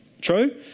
True